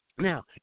Now